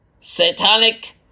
Satanic